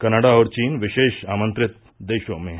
Canada और चीन विशेष आमंत्रित देशों में है